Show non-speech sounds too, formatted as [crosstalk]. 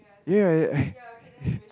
ya ya I I [breath]